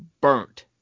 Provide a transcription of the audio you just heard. burnt